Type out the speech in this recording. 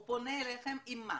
הוא פונה אליכם עם מה?